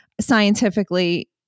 scientifically